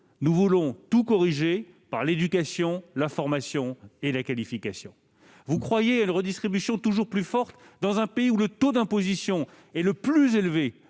nous voulons le faire par l'éducation, la formation et la qualification. Vous croyez à une redistribution toujours plus forte dans un pays dont le taux d'imposition est le plus élevé